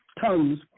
tons